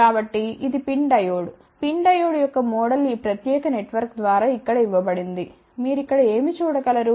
కాబట్టి ఇది PIN diode PIN diode యొక్క మోడల్ ఈ ప్రత్యేక నెట్వర్క్ ద్వారా ఇక్కడ ఇవ్వబడింది మీరు ఇక్కడ ఏమి చూడగలరు